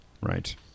Right